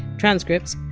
transcripts,